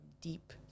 deep